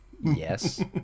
Yes